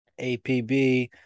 APB